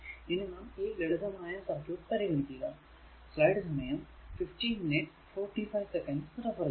ഇനി നാം ഈ ലളിതമായ സർക്യൂട് പരിഗണിക്കുക